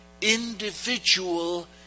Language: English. individual